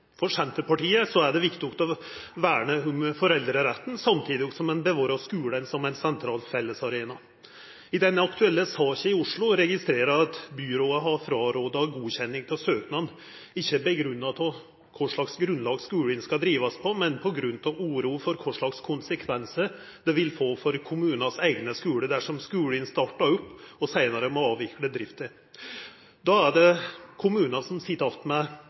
For Senterpartiet er det viktig å verna om foreldreretten, samtidig som ein bevarer skulen som ein sentral fellesarena. I denne aktuelle saka i Oslo registrerer eg at byrådet har gått mot ei godkjenning av søknaden – ikkje grunngjeve i kva slags grunnlag skulen skal drivast på, men på grunn av uro for kva slags konsekvensar det vil få for kommunens eigne skuler dersom skulen startar opp og seinare må avvikla drifta. Da er det kommunen som sit att med